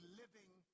living